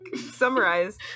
summarize